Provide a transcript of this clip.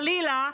חלילה,